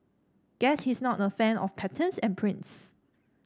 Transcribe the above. guess he's not a fan of patterns and prints